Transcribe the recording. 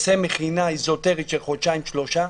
עושה מכינה אזוטרית של חודשיים-שלושה,